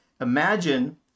Imagine